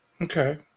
Okay